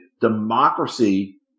democracy